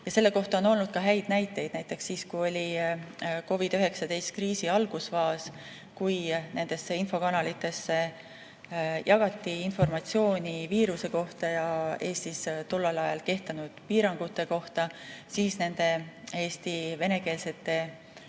kohta on olnud ka häid näiteid. Näiteks, kui oli COVID-19 kriisi algusfaas, kui nendes infokanalites jagati informatsiooni viiruse kohta ja Eestis tol ajal kehtinud piirangute kohta, siis nende Eesti venekeelsete